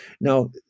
Now